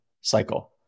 cycle